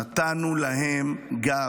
נתנו להם גב.